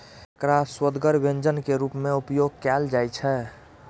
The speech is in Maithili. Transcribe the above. एकरा सुअदगर व्यंजन के रूप मे उपयोग कैल जाइ छै